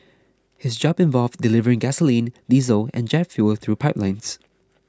his job involved delivering gasoline diesel and jet fuel through pipelines